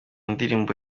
ndirimbo